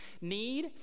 need